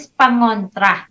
pangontra